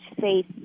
faith